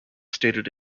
stated